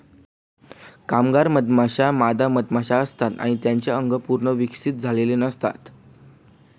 कामगार मधमाश्या मादा मधमाशा असतात आणि त्यांचे अंग पूर्ण विकसित झालेले नसतात